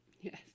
Yes